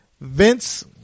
Vince